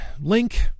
Link